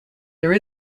there